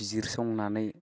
बिजिरसंनानै